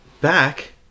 Back